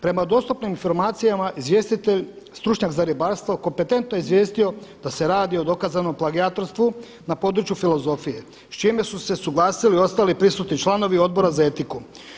Prema dostupnim informacijama izvjestitelj, stručnjak za ribarstvo kompetentno je izvijestio da se radi o dokazanom plagijatorstvu na području filozofije s čime su se suglasili ostali prisutni članovi Odbora za etiku.